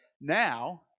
Now